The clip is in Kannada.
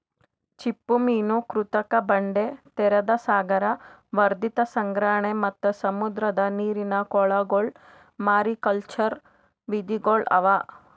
ಚಿಪ್ಪುಮೀನು, ಕೃತಕ ಬಂಡೆ, ತೆರೆದ ಸಾಗರ, ವರ್ಧಿತ ಸಂಗ್ರಹಣೆ ಮತ್ತ್ ಸಮುದ್ರದ ನೀರಿನ ಕೊಳಗೊಳ್ ಮಾರಿಕಲ್ಚರ್ ವಿಧಿಗೊಳ್ ಅವಾ